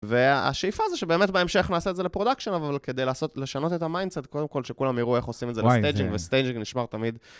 והשאיפה הזו שבאמת בהמשך נעשה את זה לפרודקשן אבל כדי לשנות את המיינדסט קודם כל שכולם יראו איך עושים את זה לסטייג'ינג וסטייג'ינג נשמר תמיד.